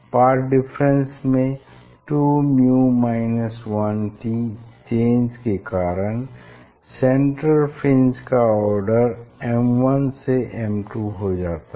path difference में 2µ 1t change के कारण सेंट्रल फ्रिंज का आर्डर m1 से m2 हो जाता है